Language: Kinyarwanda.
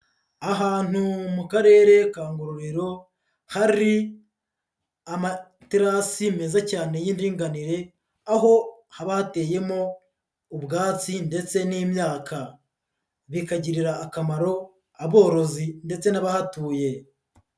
Ahantu mu karere ka Ngororero, hari amaterasi meza cyane y'indinganire, aho haba hateyemo ubwatsi ndetse n'imyaka, bikagirira akamaro aborozi ndetse n'abahatuye.